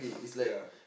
ya